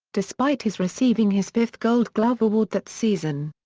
despite his receiving his fifth gold glove award that season.